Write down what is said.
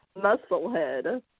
musclehead